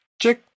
check